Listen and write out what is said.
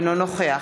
אינו נוכח